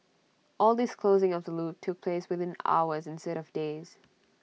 all this closing of the loop took place within hours instead of days